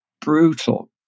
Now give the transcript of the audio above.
brutal